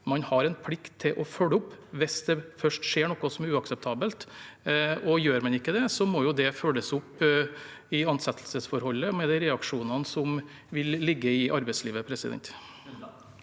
man har en plikt til å følge opp hvis det først skjer noe som er uakseptabelt. Gjør man ikke det, må det følges opp i ansettelsesforholdet, med de reaksjonene som vil ligge i arbeidslivet.